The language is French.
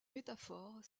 métaphore